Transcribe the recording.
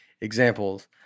Examples